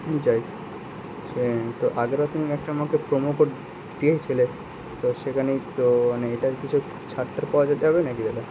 যাই সে আমি তো আগেরবার তুমি একটা আমাকে প্রোমো কোড দিয়েছিলে তা সেখানে তো আমি এটায় কিছু ছাড় টাড় পাওয়া যাবে পাবে নাকি দাদা